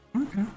Okay